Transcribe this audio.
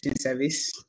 Service